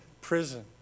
prison